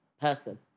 person